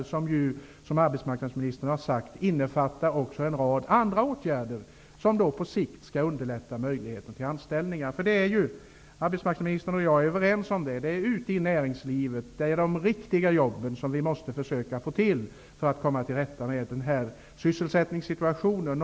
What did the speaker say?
Det kommer att innefatta, som arbetsmarknadsministern har sagt, en rad andra åtgärder som på sikt skall underlätta möjligheten till anställningar. Arbetsmarknadsministern och jag är överens om att vi måste försöka skapa riktiga jobb i näringslivet för att komma till rätta med sysselsättningssituationen.